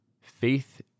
faith